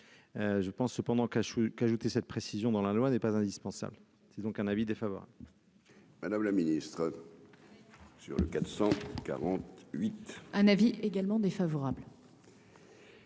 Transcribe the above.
je pense cependant qu'Achoui qu'ajouter cette précision dans la loi n'est pas indispensable, c'est donc un avis défaveur. Madame la ministre. Sur le 440 8 un avis également défavorable.